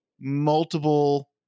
multiple